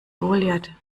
goliath